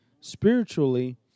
spiritually